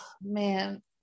man